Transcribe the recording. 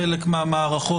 חלק מהמערכות,